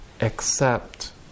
accept